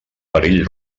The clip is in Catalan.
perill